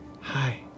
Hi